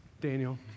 Daniel